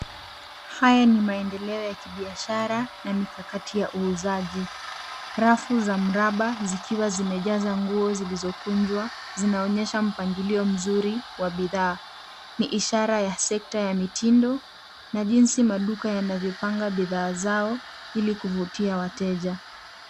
Haya ni maendeleo ya kibiashara na mikakati ya uuzaji. Rafu za mraba zikiwa zimejaza nguo zilizokunjwa, zinaonyesha mpangilio mzuri wa bidhaa. Ni ishara ya sekta ya mitindo na jinsi maduka yanavyopanga bidhaa zao ili kuvutia wateja.